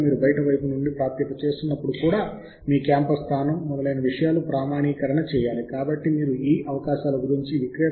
మీకు ప్రాప్యత ఉన్నట్లయితే మొదటి పేజీ ఈ విధముగా ఉంటుంది